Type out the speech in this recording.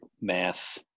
Math